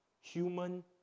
Human